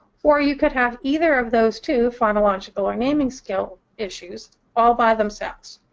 or you could have either of those two phonological or naming skill issues all by themselves.